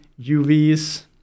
UVs